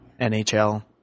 NHL